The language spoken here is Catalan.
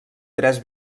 tres